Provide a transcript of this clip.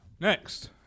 Next